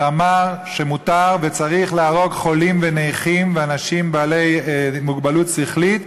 שאמר שמותר וצריך להרוג חולים ונכים ואנשים בעלי מוגבלות שכלית,